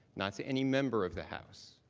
not to any member of the house.